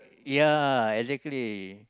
ya exactly